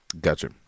Gotcha